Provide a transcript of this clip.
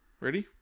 Ready